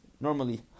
normally